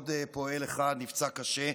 ועוד פועל אחד נפצע קשה.